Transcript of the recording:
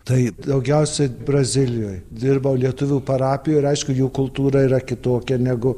tai daugiausia brazilijoj dirbau lietuvių parapijoj ir aišku jų kultūra yra kitokia negu